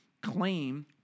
claim